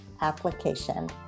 application